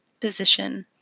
position